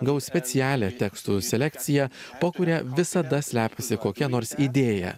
gaus specialią tekstų selekciją po kuria visada slepiasi kokia nors idėja